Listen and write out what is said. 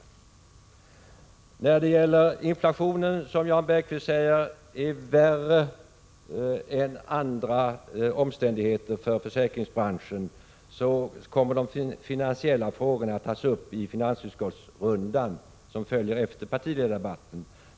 Jan Bergqvist säger att inflationen är värre än något annat när det gäller försäkringsbranschen. Men de finansiella frågorna kommer att tas upp i ”finansutskottsrundan”, som följer efter partiledardebatten.